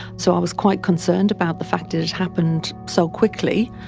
so i was quite concerned about the fact it had happened so quickly.